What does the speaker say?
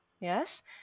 Yes